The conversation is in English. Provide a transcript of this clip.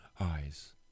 eyes